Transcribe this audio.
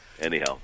Anyhow